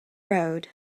road